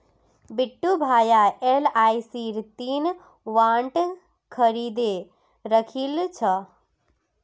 बिट्टू भाया एलआईसीर तीन बॉन्ड खरीदे राखिल छ